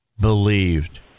believed